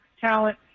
talent